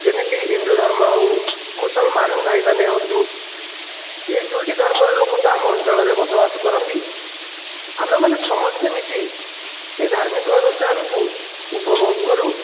ଯେମିତି ହିନ୍ଦୁ ଧର୍ମ ହେଉ ମୁସଲମାନ ଭାଇମାନେ ହୁଅନ୍ତୁ ଏହି ଦୁଇଟି ଧର୍ମର ଲୋକ ତ ଆମ ଅଞ୍ଚଳରେ ବସବାସ କରନ୍ତି ଆମେମାନେ ସମସ୍ତେ ମିଶି ସେ ଧାର୍ମିକ ଅନୁଷ୍ଠାନକୁ ଉପଭୋଗ କରୁ